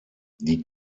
die